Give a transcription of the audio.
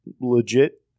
legit